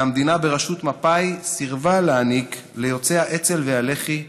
והמדינה בראשות מפא"י סירבה להעניק ליוצאי האצ"ל והלח"י